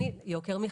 יוקר מחיה.